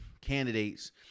candidates